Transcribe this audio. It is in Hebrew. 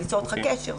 ליצור אתך קשר.